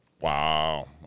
wow